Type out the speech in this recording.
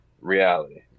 reality